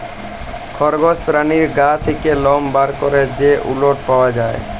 খরগস পেরানীর গা থ্যাকে লম বার ক্যরে যে উলট পাওয়া যায়